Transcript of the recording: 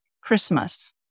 Christmas